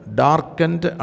darkened